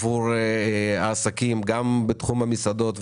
עבור העסקים בתחום המסעדנות,